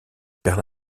père